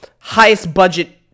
highest-budget